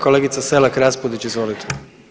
Kolegica Selak Raspudić, izvolite.